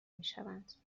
میشوند